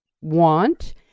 want